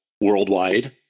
worldwide